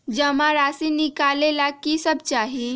जमा राशि नकालेला कि सब चाहि?